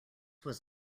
was